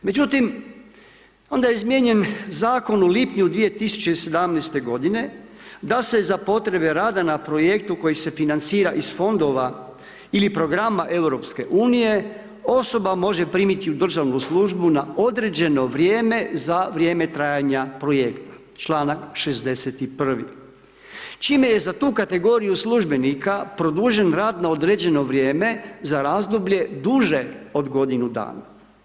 Međutim, onda je izmijenjen Zakon u lipnju 2017.-te godine da se za potrebe rada na Projektu koji se financira iz Fondova ili Programa EU, osoba može primiti u državnu službu na određeno vrijeme za vrijeme trajanja Projekta, čl. 61. čime je za tu kategoriju službenika produžen rad na određeno vrijeme za razdoblje duže od godinu dana.